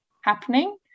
happening